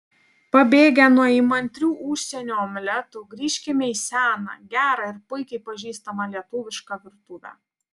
pabėgę nuo įmantrių užsienio omletų grįžkime į seną gerą ir puikiai pažįstamą lietuvišką virtuvę